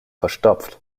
verstopft